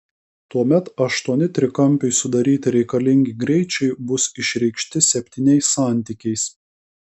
tuomet aštuoni trikampiui sudaryti reikalingi greičiai bus išreikšti septyniais santykiais